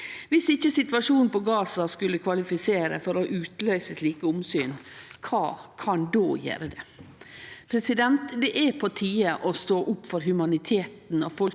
Viss ikkje situasjonen på Gaza skulle kvalifisere for å utløyse slike omsyn, kva kan då gjere det? Det er på tide å stå opp for humaniteten og folkeretten,